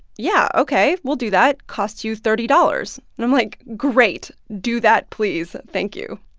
yeah. ok. we'll do that costs you thirty dollars. and i'm like great. do that, please. thank you